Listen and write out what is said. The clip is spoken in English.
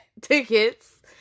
tickets